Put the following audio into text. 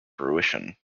fruition